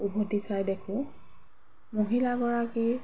উভতি চাই দেখোঁ মহিলাগৰাকী